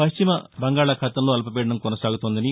పశ్చిమ బంగాళాఖాతంలో అల్పపీడనం కొనసాగుతోందని